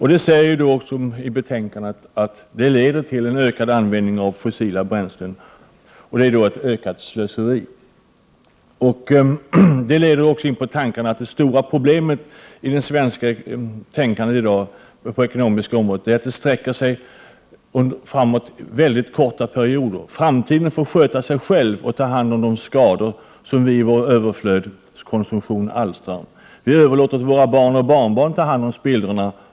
I betänkandet står det att det leder till en ökad användning av fossila bränslen — alltså till ett ökat slöseri. Det för mig in på tanken att det stora problemet i dag på det ekonomiska området är att man bara talar om mycket korta perioder. Framtiden får så att säga sköta sig själv och ta ett ansvar för de skador som vår överflödskonsumtion alstrar. Vi överlåter på våra barn och barnbarn att ta hand om spillrorna.